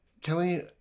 Kelly